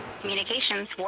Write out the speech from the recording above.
Communications